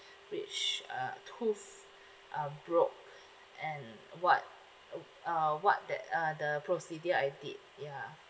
which uh tooth uh broke and what uh what that uh the procedure I did ya